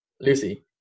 Lucy